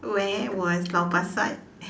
where was lau-pa-sat